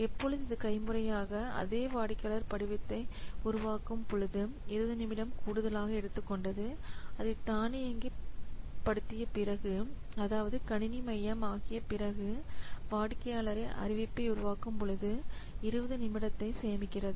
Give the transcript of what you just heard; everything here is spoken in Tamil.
எப்பொழுது இது கைமுறையாக அதே வாடிக்கையாளர் படிவத்தை அறிவிப்பை உருவாக்கும் பொழுது 20 நிமிடம் கூடுதலாக எடுத்துக்கொண்டது அதை தானியங்குபடுத்திய பிறகு அதாவது கணினிமயம் ஆகிய பிறகு வாடிக்கையாளரை அறிவிப்பை உருவாக்கும் பொழுது 20 நிமிடத்தை சேமிக்கிறது